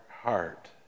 heart